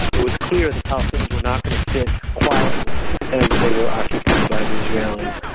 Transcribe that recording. it was clear the palestinians were not going to sit quietly and they were occupied by the israelis.